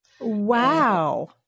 Wow